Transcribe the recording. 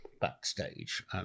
backstage